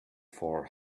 for